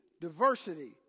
diversity